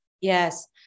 yes